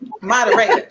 Moderator